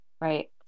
Right